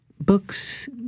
books